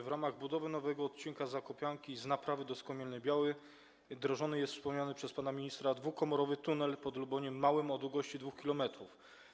W ramach budowy nowego odcinka zakopianki z Naprawy do Skomielnej Białej drążony jest, wspomniany przez pana ministra, dwukomorowy tunel pod Luboniem Małym o długości 2 km.